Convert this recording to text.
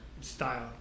style